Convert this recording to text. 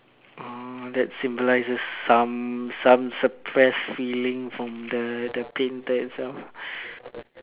mm that symbolizes some some suppressed feeling from the the painter as well